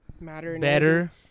better